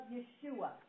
Yeshua